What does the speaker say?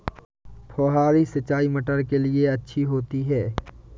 फुहारी सिंचाई मटर के लिए अच्छी होती है?